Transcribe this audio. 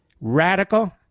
Radical